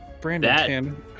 Brandon